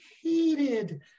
heated